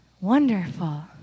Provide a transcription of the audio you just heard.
Wonderful